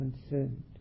concerned